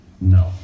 No